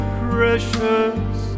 precious